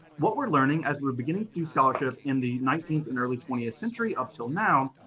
what we're learning as we're beginning to do scholarship in the nineteenth and early twentieth century up until now,